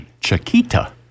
Chiquita